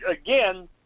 again